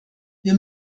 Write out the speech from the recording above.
wir